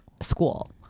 school